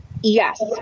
Yes